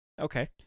Okay